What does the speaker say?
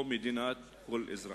או ב"מדינת כל אזרחיה".